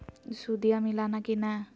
सुदिया मिलाना की नय?